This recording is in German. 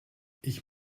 ich